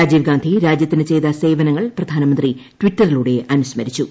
രാജീവ്ഗാന്ധി രാജ്യത്തിന് ചെയ്ത സേവനങ്ങൾ പ്രധാനമന്ത്രി ടിറ്ററിലൂടെ അനുസ്മരിച്ചു